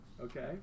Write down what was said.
Okay